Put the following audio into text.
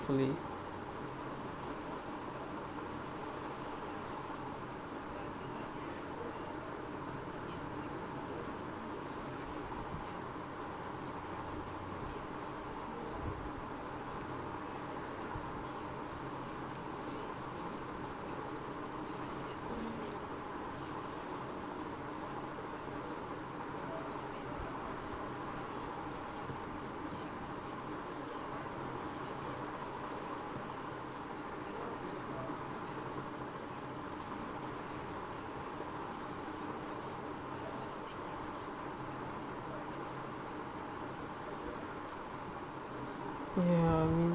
hopefully ya I mean